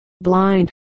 blind